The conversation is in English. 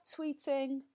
tweeting